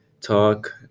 talk